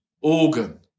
organ